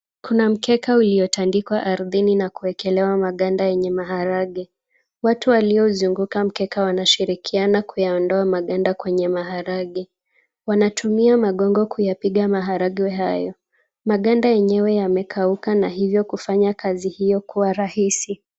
Kuna mkeka uliotandikwa ardhini na kuwekelewa maganda yenye maharagwe. Watu waliozunguka mkeka wanashirikiana kuyaondoa maganda kwenye maharagwe. Wanatumia magongo kuyapiga maharagwe hayo. Maganda yenyewe yamekauka na hivyo kufanya kazi hiyo kuwa rahisi.